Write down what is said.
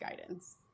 guidance